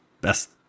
best